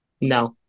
No